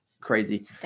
crazy